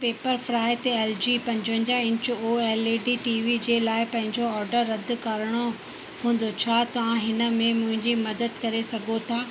पेपरफ्राई ते एलजी पंजवंजाह inch OLED TV जे लाइ पंहिंजो ऑडर रद्द करिणो हूंदो छा तव्हां हिन में मुंहिंजी मदद करे सघो था